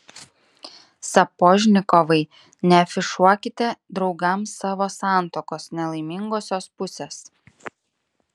sapožnikovai neafišuokite draugams savo santuokos nelaimingosios pusės